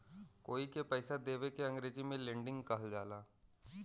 कोई के पइसा देवे के अंग्रेजी में लेंडिग कहल जाला